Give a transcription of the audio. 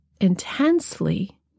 intensely